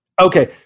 Okay